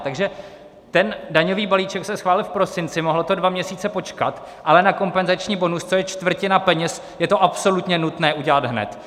Takže ten daňový balíček se schválil v prosinci, mohlo to dva měsíce počkat, ale na kompenzační bonus, což je čtvrtina peněz, je to absolutně nutné udělat hned.